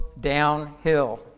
downhill